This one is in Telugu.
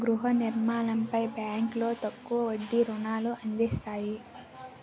గృహ నిర్మాణాలపై బ్యాంకులో తక్కువ వడ్డీ రుణాలు అందిస్తాయి